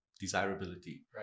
desirability